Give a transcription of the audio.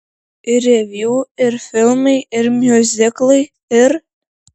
ir reviu ir filmai ir miuziklai ir